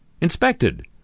inspected